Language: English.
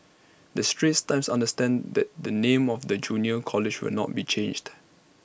the straits times understands that the name of the junior college will not be changed